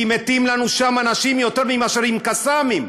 כי מתים לנו שם אנשים יותר מאשר מקסאמים,